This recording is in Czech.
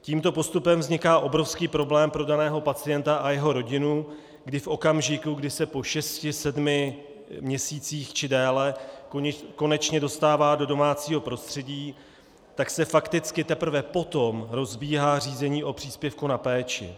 Tímto postupem vzniká obrovský problém pro daného pacienta a jeho rodinu, kdy v okamžiku, kdy se po šesti sedmi měsících či déle konečně dostává do domácího prostředí, tak se fakticky teprve potom rozbíhá řízení o příspěvku na péči.